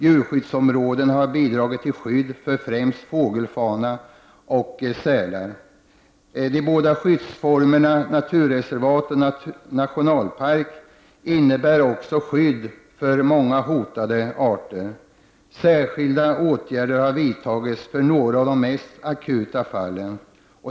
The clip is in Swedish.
Djurskyddsområden har bildats till skydd för främst fågelfauna och sälar. De båda skyddsformerna naturreservat och nationalpark innebär också skydd för många hotade arter. Särskilda åtgärder har vidtagits för några av de mest akuta fallen.